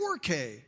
4K